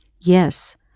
yes